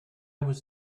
was